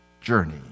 journey